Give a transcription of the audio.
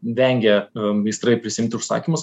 vengia meistrai prisiimti užsakymus